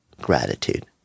Gratitude